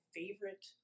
favorite